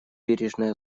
бережное